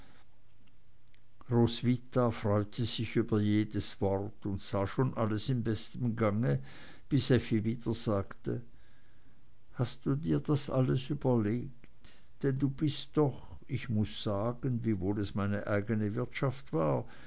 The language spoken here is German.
roswitha freute sich über jedes wort und sah schon alles in bestem gange bis effi wieder sagte hast du dir das alles überlegt denn du bist doch ich muß das sagen wiewohl es meine eigne wirtschaft war